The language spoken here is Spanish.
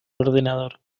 ordenador